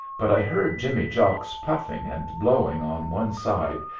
but i heard jimmy jocks puffing and blowing on one side,